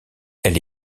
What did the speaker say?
elle